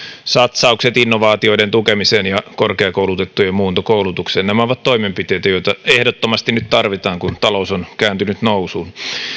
satsaukset innovaatioiden tukemiseen ja korkeakoulutettujen muuntokoulutukseen nämä ovat toimenpiteitä joita ehdottomasti nyt tarvitaan kun talous on kääntynyt nousuun